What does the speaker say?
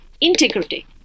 integrity